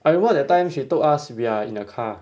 I remember that time she told us we are in a car